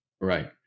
Right